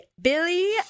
Billy